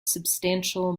substantial